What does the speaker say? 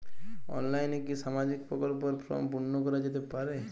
অনলাইনে কি সামাজিক প্রকল্পর ফর্ম পূর্ন করা যেতে পারে?